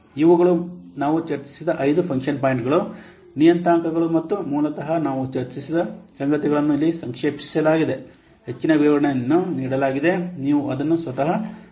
ಇವುಗಳು ನಾವು ಚರ್ಚಿಸಿದ ಐದು ಫಂಕ್ಷನ್ ಪಾಯಿಂಟ್ ನಿಯತಾಂಕಗಳು ಮತ್ತು ಮೂಲತಃ ನಾವು ಚರ್ಚಿಸಿದ ಸಂಗತಿಗಳನ್ನು ಇಲ್ಲಿ ಸಂಕ್ಷೇಪಿಸಲಾಗಿದೆ ಹೆಚ್ಚಿನ ವಿವರಣೆಯನ್ನು ನೀಡಲಾಗಿದೆ ನೀವು ಅದನ್ನು ಸ್ವತಃ ನೋಡಬಹುದು